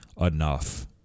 enough